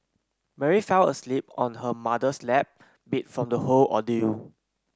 Mary fell asleep on her mother's lap beat from the whole ordeal